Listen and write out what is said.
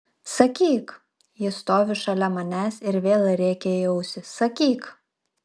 sakyk ji stovi šalia manęs ir vėl rėkia į ausį sakyk